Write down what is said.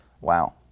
Wow